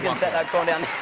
you know set that corn down.